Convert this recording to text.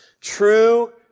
True